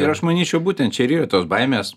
ir aš manyčiau būtent čia ir yra tos baimės